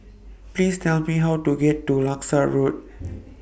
Please Tell Me How to get to Langsat Road